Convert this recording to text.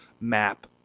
map